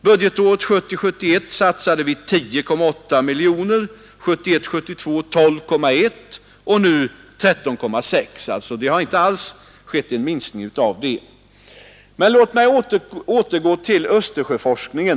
Budgetåret 1970 72 12,1 miljoner och nu satsar vi 13,6 miljoner. Det har alltså inte skett någon minskning. Men låt mig återgå till Östersjöforskningen.